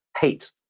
hate